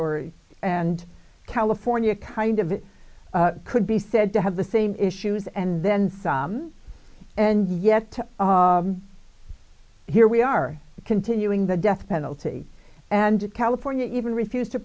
or and california kind of it could be said to have the same issues and then some and yet here we are continuing the death penalty and california even refused to